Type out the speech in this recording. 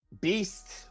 beast